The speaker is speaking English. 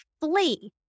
flee